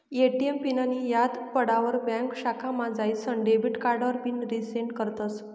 ATM पिननीं याद पडावर ब्यांक शाखामा जाईसन डेबिट कार्डावर पिन रिसेट करतस